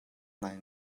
ngai